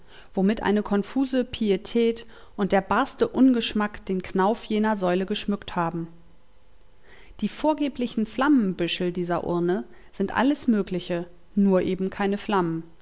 womit eine konfuse pietät und der barste ungeschmack den knauf jener säule geschmückt haben die vorgeblichen flammenbüschel dieser urne sind alles mögliche nur eben keine flammen